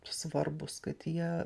svarbūs kad jie